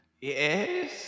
Yes